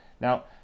Now